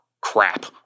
crap